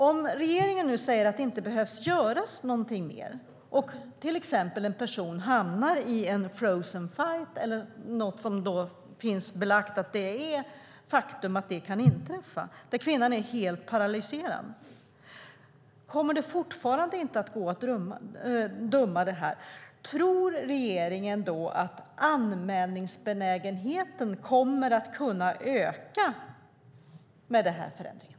Om regeringen nu säger att det inte behöver göras någonting mer och en person till exempel hamnar i frozen fight, eller om det är belagt att detta kan inträffa, där kvinnan är helt paralyserad, kommer det fortfarande inte att gå att döma? Tror regeringen att anmälningsbenägenheten kommer att öka med den här förändringen?